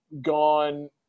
gone